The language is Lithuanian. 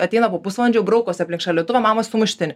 ateina po pusvalandžio braukosi aplink šaldytuvą mama sumuštinį